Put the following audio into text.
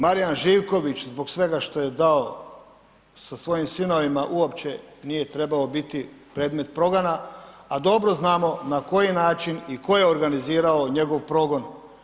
Marijan Živković zbog svega što je dao sa svojim sinovima uopće nije trebao biti predmet progona, a dobro znamo na koji način i tko je organizirao njegov progon.